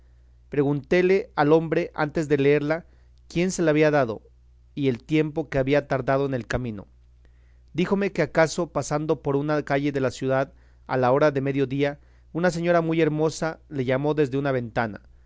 preguntéle al hombre antes de leerla quién se la había dado y el tiempo que había tardado en el camino díjome que acaso pasando por una calle de la ciudad a la hora de medio día una señora muy hermosa le llamó desde una ventana